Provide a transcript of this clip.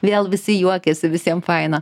vėl visi juokiasi visiem faina